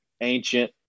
ancient